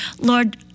Lord